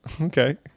Okay